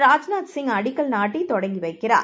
ராஜ்நாத்சி ங்அடிக்கல்நாட்டிதொடங்கிவைக்கிறார்